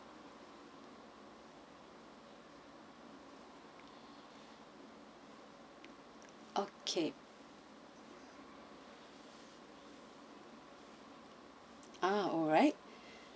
okay ah alright